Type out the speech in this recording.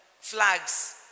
flags